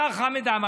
השר חמד עמאר.